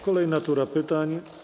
Kolejna tura pytań.